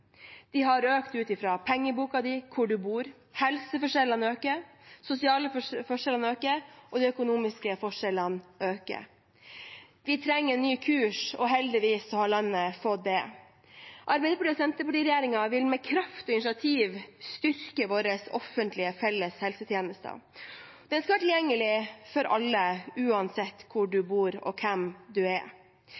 De har økt ut fra pengeboken vår og hvor man bor. Helseforskjellene øker, de sosiale forskjellene øker, og de økonomiske forskjellene øker. Vi trenger en ny kurs, og heldigvis har landet fått det. Arbeiderparti–Senterparti-regjeringen vil med kraftige initiativ styrke våre offentlige, felles helsetjenester. De skal være tilgjengelige for alle, uansett hvor